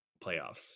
playoffs